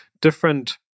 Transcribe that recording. different